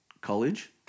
College